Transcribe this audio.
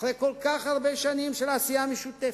אחרי כל כך הרבה שנים של עשייה משותפת,